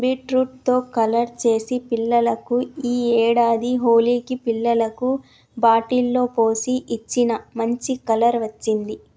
beetroot తో colour చేసి పిల్లలకు ఈ ఏడాది హోలికి పిల్లలకు బాటిల్ లో పోసి ఇచ్చిన, మంచి కలర్ వచ్చింది